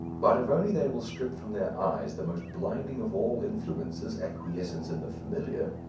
but if only they will strip from their eyes the most blinding of all influences, acquiescence in the familiar,